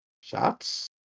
Shots